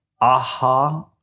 aha